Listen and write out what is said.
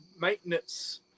maintenance